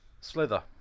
Slither